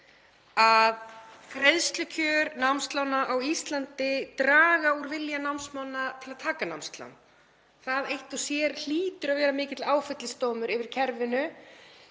að greiðslukjör námslána á Íslandi dragi úr vilja námsmanna til að taka námslán. Það eitt og sér hlýtur að vera mikill áfellisdómur yfir kerfinu